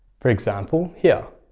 for example, here,